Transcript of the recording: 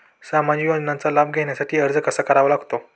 सामाजिक योजनांचा लाभ घेण्यासाठी अर्ज कसा करावा लागतो?